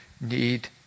need